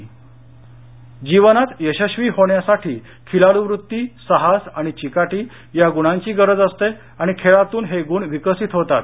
स्पर्धा जीवनात यशस्वी होण्यासाठी खिलाडू वृत्ती साहस आणि चिकाटी या गुणांची गरज असते आणि खेळांतून हे गुण विकसित होतात